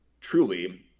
truly